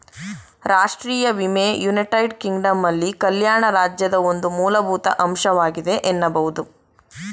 ರಾಷ್ಟ್ರೀಯ ವಿಮೆ ಯುನೈಟೆಡ್ ಕಿಂಗ್ಡಮ್ನಲ್ಲಿ ಕಲ್ಯಾಣ ರಾಜ್ಯದ ಒಂದು ಮೂಲಭೂತ ಅಂಶವಾಗಿದೆ ಎನ್ನಬಹುದು